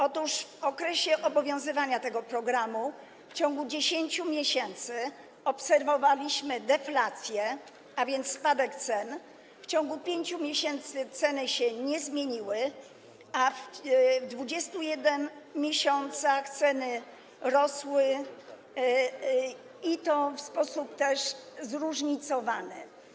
Otóż w okresie obowiązywania tego programu w ciągu 10 miesięcy obserwowaliśmy deflację, a więc spadek cen, w ciągu 5 miesięcy ceny się nie zmieniły, a w 21 miesiącach ceny rosły, i to w sposób też zróżnicowany.